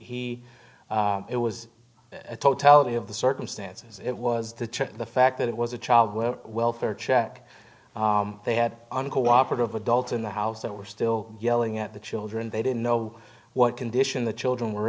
he it was a totality of the circumstances it was the fact that it was a child welfare check they had uncooperative adults in the house and were still yelling at the children they didn't know what condition the children were